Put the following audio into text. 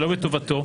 שלא בטובתו,